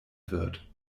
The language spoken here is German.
wird